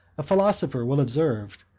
a philosopher will observe,